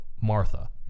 Martha